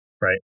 Right